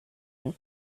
and